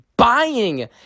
buying